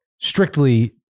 Strictly